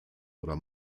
oder